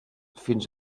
fins